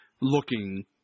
looking